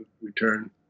return